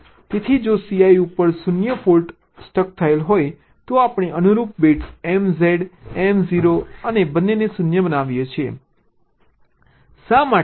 તેથી જો Cl ઉપર 0 ફોલ્ટ ઉપર સ્ટક થયેલ હોય તો આપણે અનુરૂપ બિટ્સ MZ Mo બંનેને 0 0 બનાવીએ છીએ શા માટે